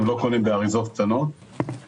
לא קונים באריזות קטנות.